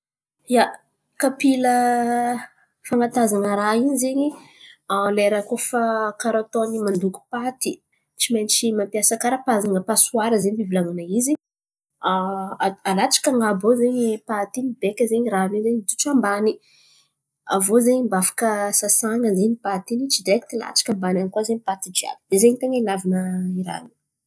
Ia, kapila fan̈atazan̈a raha iny zen̈y lera koa fa karà ataony mandoky paty, tsy maintsy mampiasa karà pazan̈a pasoara zen̈y fivolan̈ana izy. Alatsaka an̈abo iô zen̈y i paty in̈y beka zen̈y rano iny zen̈y mijotso ambany. Aviô zen̈y mba afaka sasan̈a zen̈y paty iny tsy direkty latsaka ambany any koa zen̈y paty jiàby. Ze zen̈y ten̈a ilàvana i raha io.